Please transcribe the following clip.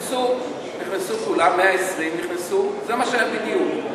נכנסו כולם, 120 נכנסו, זה מה שהיה בדיוק.